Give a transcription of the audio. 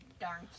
darn